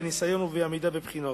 בניסיון ובעמידה בבחינות.